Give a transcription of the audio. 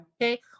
okay